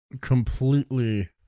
Completely